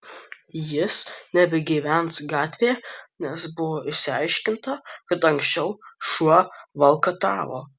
jis nebegyvens gatvėje nes buvo išsiaiškinta kad anksčiau šuo valkatavo